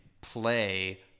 play